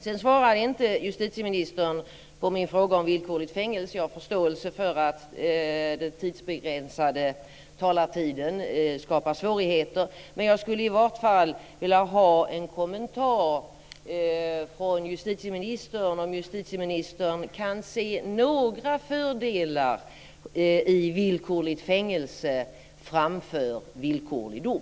Justitieministern svarade inte på min fråga om villkorligt fängelse. Jag har förståelse för att den begränsade talartiden skapar svårigheter. Men jag skulle i varje fall vilja ha en kommentar från justitieministern om justitieministern kan se några fördelar i villkorligt fängelse framför villkorlig dom.